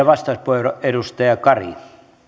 vastauspuheenvuoro edustaja kari